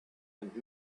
and